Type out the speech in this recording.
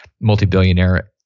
multi-billionaire